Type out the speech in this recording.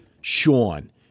Sean